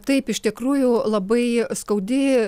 taip iš tikrųjų labai skaudi